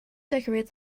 decorate